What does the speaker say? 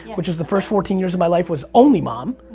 which is the first fourteen years of my life was only mom,